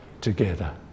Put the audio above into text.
together